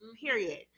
period